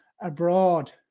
abroad